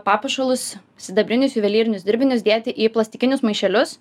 papuošalus sidabrinius juvelyrinius dirbinius dėti į plastikinius maišelius